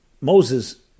Moses